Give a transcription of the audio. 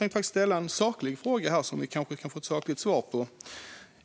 Låt mig ställa en saklig fråga som jag kanske kan få ett sakligt svar på.